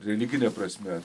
religine prasme